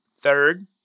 third